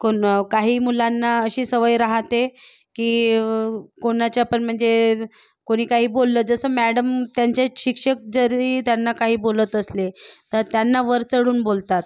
पण काही मुलांना अशी सवय राहते की कोणाच्या पण म्हणजे कोणी काही बोललं जसं मॅडम त्यांचेच शिक्षक जरी त्यांना काही बोलत असले तर त्यांना वर चढून बोलतात